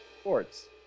sports